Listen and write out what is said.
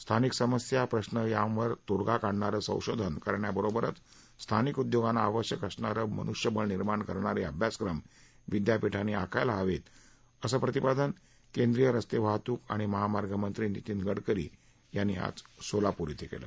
स्थानिक समस्या प्रश्न यांच्यावर तोडगाकाढणारे संशोधन करण्याबरोबरच स्थानिक उद्योगांना आवश्यक असणारे मनुष्यबळ निर्माण करणारे अभ्यासक्रम विद्यापीठांनी आखायला हवेत असं प्रतिपादन केंद्रीय रस्ते वाहतूक आणि महामार्ग मंत्री नितीन गडकरी यांनी आज सोलापूर इथं केलं